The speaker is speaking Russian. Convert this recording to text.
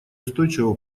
устойчивого